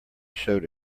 showed